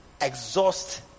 exhaust